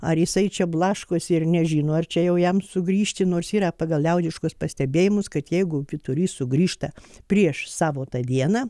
ar jisai čia blaškosi ir nežino ar čia jau jam sugrįžti nors yra pagal liaudiškus pastebėjimus kad jeigu vyturys sugrįžta prieš savo tą dieną